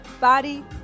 body